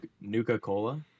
Nuka-Cola